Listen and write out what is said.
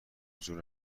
حضور